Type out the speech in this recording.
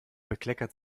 bekleckert